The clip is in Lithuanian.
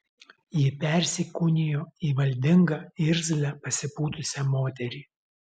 ji persikūnijo į valdingą irzlią pasipūtusią moterį